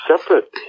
separate